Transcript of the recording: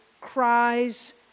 cries